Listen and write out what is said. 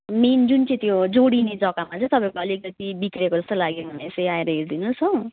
main जुन चाहिँ त्यो जोडिने जगामा चाहिँ तपाईँको अलिकति बिग्रेको जस्तो लाग्यो मलाई यसो आएर हेरिदिनु होस् हो